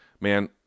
Man